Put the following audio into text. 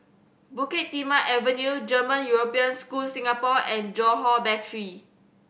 Bukit Timah Avenue German European School Singapore and Johore Battery